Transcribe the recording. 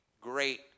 great